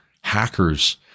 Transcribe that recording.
hackers